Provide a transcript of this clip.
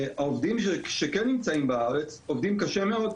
העובדים שכן נמצאים בארץ, עובדים קשה מאוד.